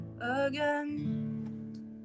again